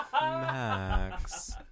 Max